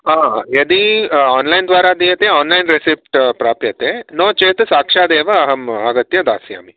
यदि आन्लैन् द्वारा दीयते आन्लैन् रेसिप्ट् प्राप्यते नोचेत् साक्षादेव अहम् आगत्य दास्यामि